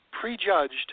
prejudged